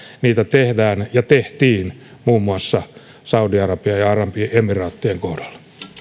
niitä tehdään ja tehtiin muun muassa saudi arabian ja arabiemiraattien kohdalla